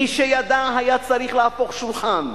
מי שידע היה צריך להפוך שולחן,